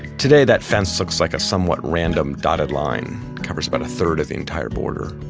today that fence looks like a somewhat random dotted line, covers about a third of the entire border.